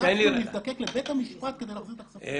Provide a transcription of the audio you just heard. נאצלנו להזדקק לבית המשפט כדי להחזיר את הכספים